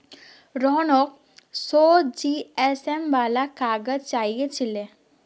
रोहनक सौ जीएसएम वाला काग़ज़ चाहिए छिले